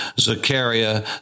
Zachariah